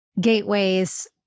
gateways